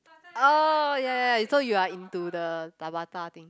oh ya ya ya so you're into the Tabata thing